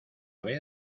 vez